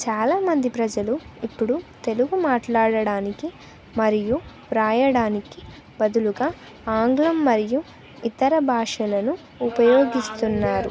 చాలామంది ప్రజలు ఇప్పుడు తెలుగు మాట్లాడటానికి మరియు వ్రాయడానికి బదులుగా ఆంగ్లం మరియు ఇతర భాషలను ఉపయోగిస్తున్నారు